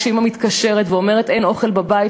כשאימא מתקשרת ואומרת אין אוכל בבית,